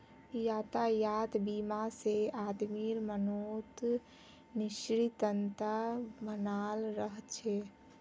यातायात बीमा से आदमीर मनोत् निश्चिंतता बनाल रह छे